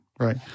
Right